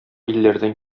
илләрдән